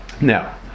now